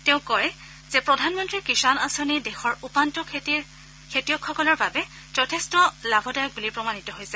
তেওঁ কয় যে প্ৰধানমন্ত্ৰী কিষাণ আঁচনি দেশৰ উপান্ত শ্ৰেণীৰ খেতিয়কসকলৰ বাবে যথেষ্ট লাভদায়ক বুলি প্ৰমাণিত হৈছে